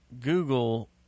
google